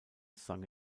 sung